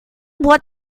what